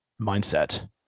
mindset